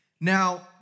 Now